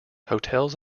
hotels